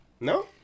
No